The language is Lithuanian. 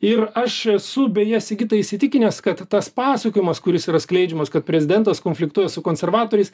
ir aš esu beje sigitai įsitikinęs kad tas pasakojimas kuris yra skleidžiamas kad prezidentas konfliktuoja su konservatoriais